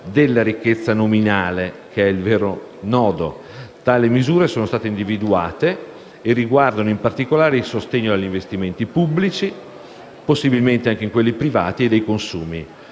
della ricchezza nominale, che è il vero nodo. Tali misure sono state individuate e riguardano, in particolare, il sostegno degli investimenti pubblici (possibilmente anche di quelli privati) e dei consumi.